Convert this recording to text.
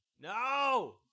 No